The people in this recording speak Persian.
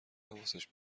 حواسش